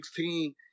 2016